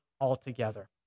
altogether